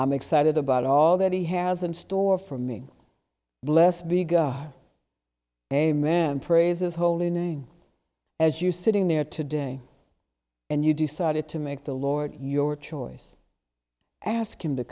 i'm excited about all that he has and store for me blessed be god a man praises holy name as you sitting there today and you decided to make the lord your choice ask him to